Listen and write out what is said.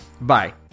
Bye